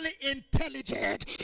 intelligent